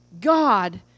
God